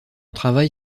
travail